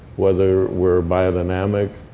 whether we're biodynamic,